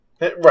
Right